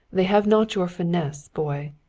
they have not your finesse, boy.